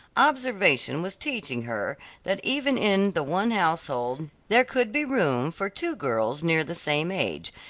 observation was teaching her that even in the one household there could be room for two girls near the same age,